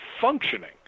functioning